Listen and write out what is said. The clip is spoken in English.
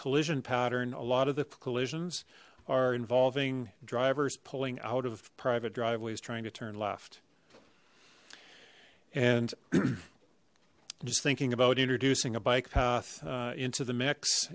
collision pattern a lot of the collisions are involving drivers pulling out of private driveways trying to turn left and just thinking about introducing a bike path into the mix